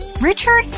Richard